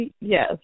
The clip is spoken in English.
Yes